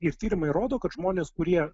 ir tyrimai rodo kad žmonės kurie